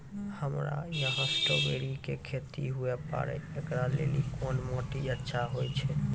हमरा यहाँ स्ट्राबेरी के खेती हुए पारे, इकरा लेली कोन माटी अच्छा होय छै?